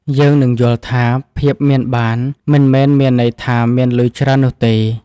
យើងនឹងយល់ថា ភាពមានបាន មិនមែនមានន័យថាមានលុយច្រើននោះទេ។